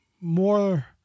more